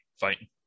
fighting